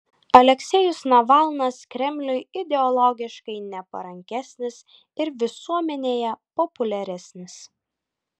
aleksejus navalnas kremliui ideologiškai neparankesnis ir visuomenėje populiaresnis